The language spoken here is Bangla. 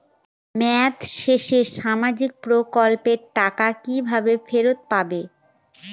মেয়াদ শেষে সামাজিক প্রকল্পের টাকা কিভাবে ফেরত পাবো?